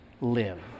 live